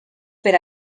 per